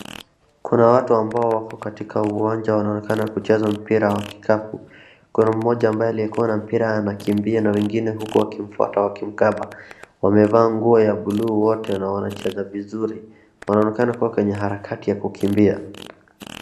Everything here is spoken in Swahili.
Kuna watu ambao wako katika uwanja wanaonekana kucheza mpira wa kikapu. Kuna mmoja aliyekuwa na mpira anakimbia na wengine huku wakimfuata wakimkaba. Wamevaa nguo ya bluu wote na wanacheza vizuri. Wanaonekana kuwa kwenye harakati ya kukimbia.